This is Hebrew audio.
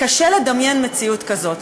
קשה לדמיין מציאות כזאת.